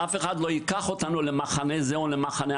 שאף אחד לא ייקח אותנו למחנה זה או אחר,